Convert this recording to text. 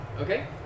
Okay